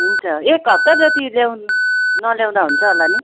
हुन्छ एक हफ्ता जति ल्याऊँ न नल्याउँदा हुन्छ होला नि